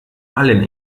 allen